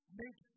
make